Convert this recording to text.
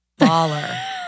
Baller